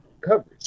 coverage